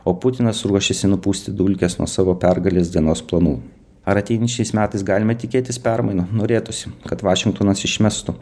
o putinas ruošiasi nupūsti dulkes nuo savo pergalės dienos planų ar ateinančiais metais galime tikėtis permainų norėtųsi kad vašingtonas išmestų